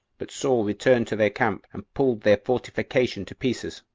but saul returned to their camp, and pulled their fortification to pieces,